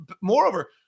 moreover